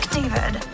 David